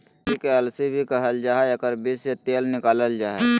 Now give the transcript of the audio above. तीसी के अलसी भी कहल जा हइ एकर बीज से तेल निकालल जा हइ